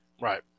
Right